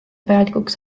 vajalikuks